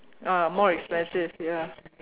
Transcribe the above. uh more expensive ya